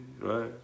right